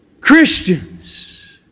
Christians